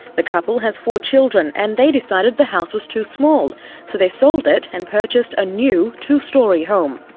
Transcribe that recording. the couple has four children and they decided the house was too small so they sold it and purchased a new two-storey home.